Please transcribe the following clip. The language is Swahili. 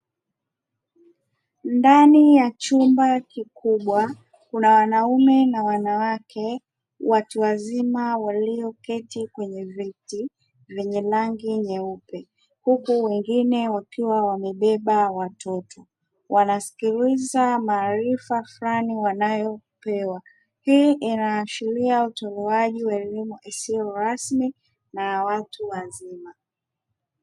Ndani ya chumba kikubwa kuna wanaume na wanawake watu wazima walioketi kwenye viti vyenye rangi nyeupe, huku wengine wakiwa wamebeba watoto wanasikiliza maarifa fulani wanayopewa hii inaashiria utolewaji wa elimu isiyo na watu wazima.